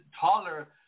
taller